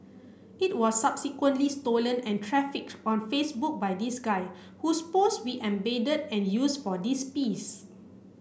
it was subsequently stolen and trafficked on Facebook by this guy whose post we embedded and used for this piece